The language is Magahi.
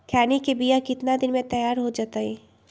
खैनी के बिया कितना दिन मे तैयार हो जताइए?